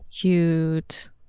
cute